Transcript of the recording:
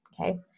okay